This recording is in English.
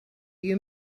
you